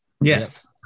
Yes